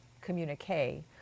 communique